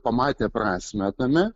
pamatė prasmę tame